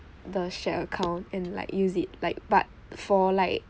the share account and like use it like but for like